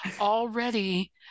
already